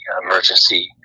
emergency